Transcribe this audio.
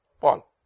Paul